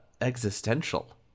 existential